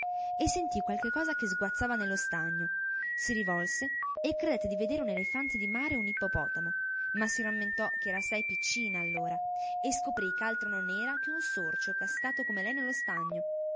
e sentì qualche cosa che sguazzava nello stagno si rivolse e credette vedere un elefante di mare o un ippopotamo ma si rammentò ch'era assai piccina allora e scoprì ch'altro non era che un sorcio cascato come lei nello stagno